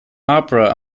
opera